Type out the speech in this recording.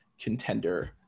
contender